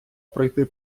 пройти